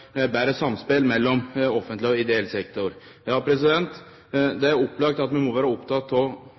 betre samspel mellom offentleg og ideell sektor. Det er opplagt at vi må vere opptekne av